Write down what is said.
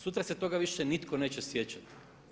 Sutra se toga više nitko neće sjećati.